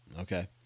Okay